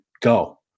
Go